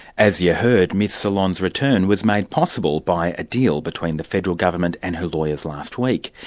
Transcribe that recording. as you heard, ms solon's return was made possible by a deal between the federal government and her lawyers last week.